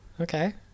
okay